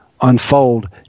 unfold